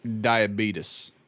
diabetes